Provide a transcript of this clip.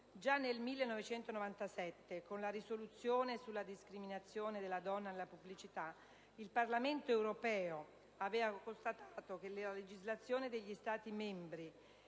Già nel 1997, con la risoluzione sulla discriminazione della donna nella pubblicità, il Parlamento europeo aveva constatato che la legislazione degli Stati membri